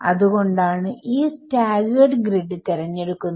അത്കൊണ്ടാണ് ഈ staggered grid തിരഞ്ഞെടുത്തത്